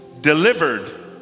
delivered